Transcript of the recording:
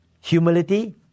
humility